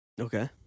Okay